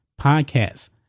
podcasts